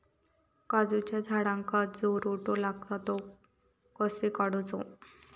काजूच्या झाडांका जो रोटो लागता तो कसो काडुचो?